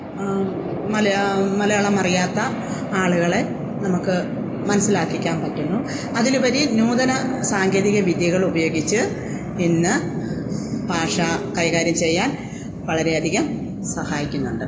മലയാള മലയാളം അറിയാത്ത ആളുകളെ നമുക്ക് മനസ്സിലാക്കിക്കാൻ പറ്റുന്നു അതിലുപരി നൂതന സാങ്കേതിക വിദ്യകൾ ഉപയോഗിച്ച് ഇന്ന് ഭാഷ കൈകാര്യം ചെയ്യാൻ വളരെയധികം സഹായിക്കുന്നുണ്ട്